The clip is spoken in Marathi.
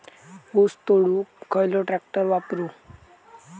ऊस तोडुक खयलो ट्रॅक्टर वापरू?